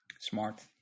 smart